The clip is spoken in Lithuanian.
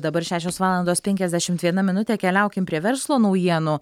dabar šešios valandos penkiasdešimt viena minutė keliaukim prie verslo naujienų